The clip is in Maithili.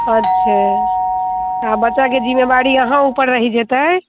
अच्छे आब बच्चाके जिम्मेवारी अहाँ उपर रहि जेतै